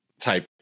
type